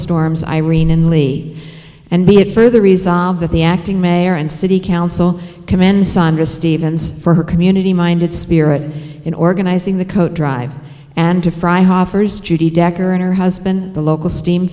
storms irene and lee and be it further resolved that the acting mayor and city council commend sondra stevens for her community minded spirit in organizing the co driver and to fry hoffer's judy decker and her husband the local steam